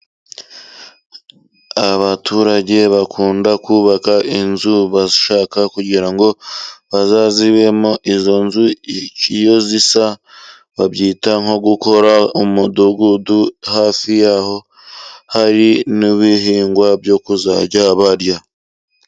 Abaturage bakunda kubaka inzu, bashaka kugira ngo bazazibemo. Izo nzu iyo zisa babyita nko gukora umudugudu, hafi yaho hari n'ibihingwa byo kuzajya barya.